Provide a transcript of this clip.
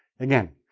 again,